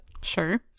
Sure